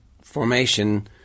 formation